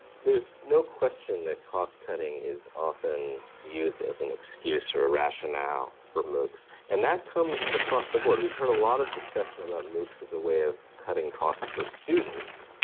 there is no question that cost-cutting is often used as an excuse or a rationale for moocs, and that comes across the board. we've a lot of discussion about moocs as a way of cutting costs for students,